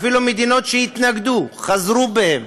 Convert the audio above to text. אפילו מדינות שהתנגדו חזרו בהן